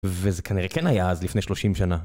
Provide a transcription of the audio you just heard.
וזה כנראה כן היה אז לפני 30 שנה